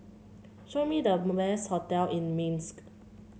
show me the hotel in Minsk